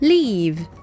Leave